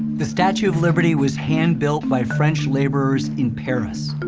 the statue of liberty was hand built by french laborers in paris.